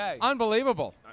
Unbelievable